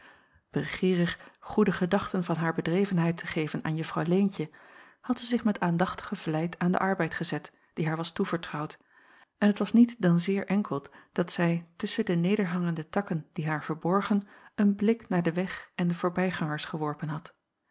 begeerig goede gedachten van haar bedrevenheid te geven aan juffrouw leentje had zij zich met aandachtige vlijt aan den arbeid gezet die haar was toevertrouwd en t was niet dan zeer enkeld dat zij tusschen de nederhangende takken die haar verborgen een blik naar den weg en de voorbijgangers geworpen had